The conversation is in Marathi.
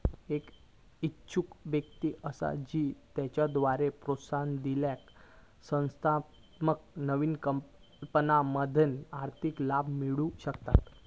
एक इच्छुक व्यक्ती असा जी त्याच्याद्वारे प्रोत्साहन दिलेल्या संस्थात्मक नवकल्पनांमधना आर्थिक लाभ मिळवु शकता